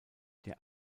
der